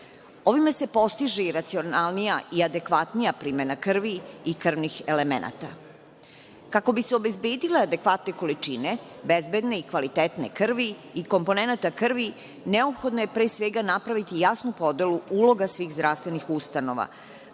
Ovime se postiže i racionalnija i adekvatnija primena krvi i krvnih elemenata. Kako bi se obezbedile adekvatne količine bezbedne i kvalitetne krvi i komponenata krvi neophodno je pre svega napraviti jasnu podelu uloga svih zdravstvenih ustanova